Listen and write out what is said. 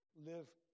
live